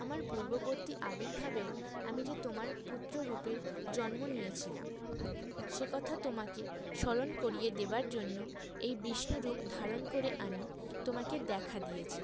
আমার পূর্ববর্তী আবির্ভাবেও আমি যে তোমার পুত্ররূপে জন্ম নিয়েছিলাম সে কথা তোমাকে স্মরণ করিয়ে দেওয়ার জন্য এই বিষ্ণু রূপ ধারণ করে আমি তোমাকে দেখা দিয়েছি